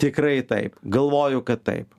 tikrai taip galvoju kad taip